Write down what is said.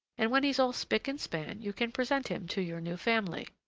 and when he's all spick and span, you can present him to your new family.